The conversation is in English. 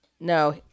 No